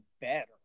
better